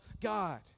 God